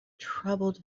troubled